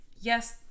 Yes